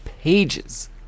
pages